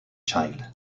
child